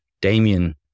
Damien